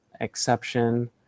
exception